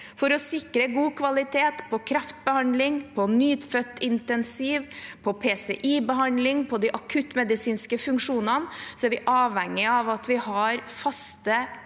For å sikre god kvalitet på kreftbehandling, på nyfødtintensiv, på PCI-behandling og på de akuttmedisinske funksjonene er vi avhengig av at vi har fast